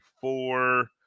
four